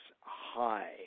high